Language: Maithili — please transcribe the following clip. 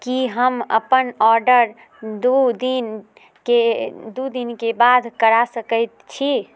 कि हम अपन ऑडर दुइ दिनके दुइ दिनके बाद करा सकै छी